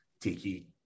tiki